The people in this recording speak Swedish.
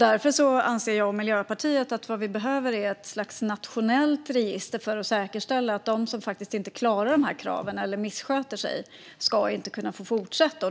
Därför anser jag och Miljöpartiet att vi behöver ett slags nationellt register för att säkerställa att de som inte klarar av att möta kraven eller som missköter sig inte ska kunna fortsätta.